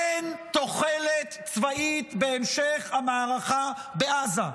אין תוחלת צבאית בהמשך המערכה בעזה.